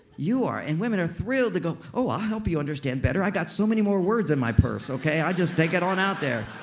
you are and women are thrilled to go, oh, i'll help you understand better. i've got so many more words in my purse, okay. i'll just take it on out there